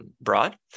broad